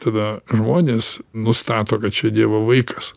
tada žmonės nustato kad čia dievo vaikas